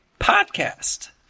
Podcast